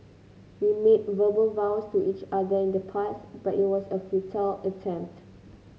we made verbal vows to each other in the past but it was a futile attempt